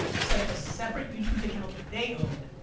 set up a separate youtube account that they own,